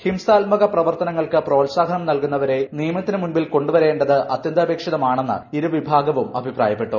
ഹിംസാത്മക പ്രവർത്തനങ്ങൾക്ക് പ്രോത്സാഹനം നൽകുന്ന വരെ നിയമത്തിനു മുൻപിൽ കൊണ്ടുവരേണ്ടത് അത്യന്താ പേക്ഷിതമാണെന്ന് ഇരുവിഭാഗവും അഭിപ്രായപ്പെട്ടു